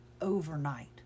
overnight